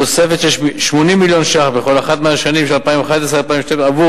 תוספת של 80 מיליון ש"ח בכל אחת מהשנים 2011 2012 עבור